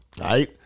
right